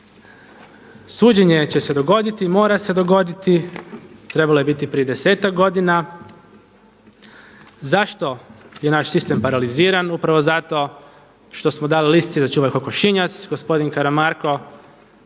Suđenje će se dogoditi i mora se dogoditi. Trebalo je biti prije 10-tak godina. Zašto je naš sistem paraliziran? Upravo zato što smo dali „lisici da čuva kokošinjac“. Gospodin Karamarko,